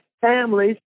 families